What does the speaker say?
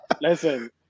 Listen